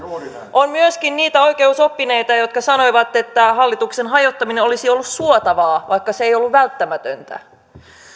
on myöskin niitä oikeusoppineita jotka sanoivat että hallituksen hajottaminen olisi ollut suotavaa vaikka se ei ollut välttämätöntä